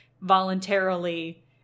Voluntarily